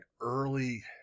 early